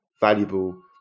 valuable